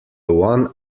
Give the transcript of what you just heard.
one